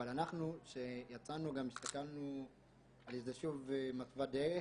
אבל אנחנו כשיצאנו גם הסתכלנו על זה שוב --- אנחנו